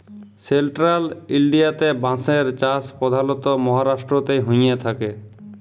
central ইলডিয়াতে বাঁশের চাষ পধালত মাহারাষ্ট্রতেই হঁয়ে থ্যাকে